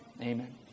amen